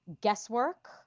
guesswork